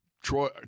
Troy